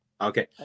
okay